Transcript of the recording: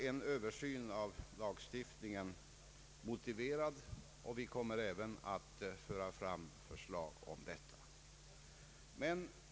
En översyn av lagstiftningen är därför motiverad, och vi kommer även att föra fram förslag härom.